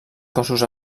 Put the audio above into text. cossos